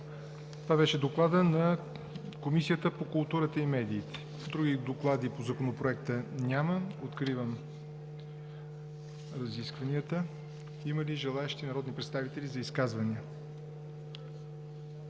Това беше докладът на Комисията по културата и медиите. Други доклади по Законопроекта няма. Откривам разискванията. Има ли желаещи народни представители за изказвания?